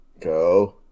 Go